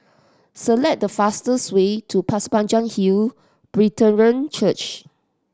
select the fastest way to Pasir Panjang Hill Brethren Church